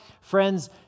friends